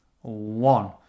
One